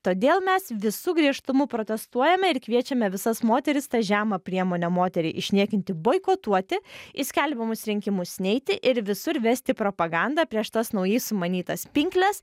todėl mes visu griežtumu protestuojame ir kviečiame visas moteris tą žemą priemonę moterį išniekinti boikotuoti į skelbiamus rinkimus neiti ir visur vesti propagandą prieš tas naujai sumanytas pinkles